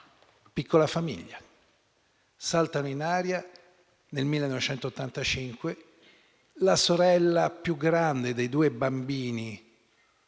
piccola famiglia. Saltano in aria nel 1985. La sorella più grande dei due bambini